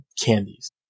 candies